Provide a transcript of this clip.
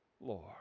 Lord